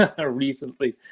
recently